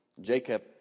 Jacob